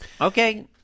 okay